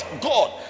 God